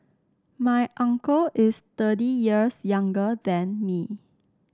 my uncle is thirty years younger than me